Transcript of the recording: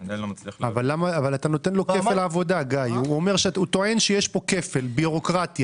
אבל הוועדה הזאת צריכה לקבוע את העקרונות,